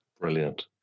Brilliant